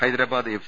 Hyderabad F